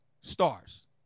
Stars